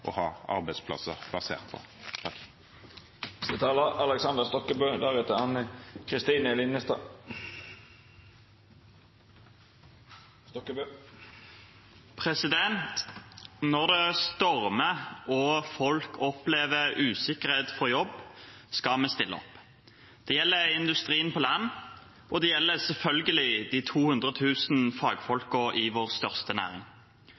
ha arbeidsplasser basert på. Når det stormer og folk opplever usikkerhet for jobb, skal vi stille opp. Det gjelder industrien på land, og det gjelder selvfølgelig de 200 000 fagfolkene i vår største næring.